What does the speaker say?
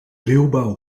ruwbouw